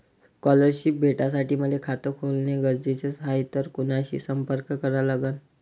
Scholarship भेटासाठी मले खात खोलने गरजेचे हाय तर कुणाशी संपर्क करा लागन?